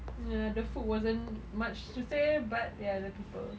ya the food wasn't much to say but ya the people